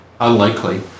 unlikely